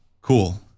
Cool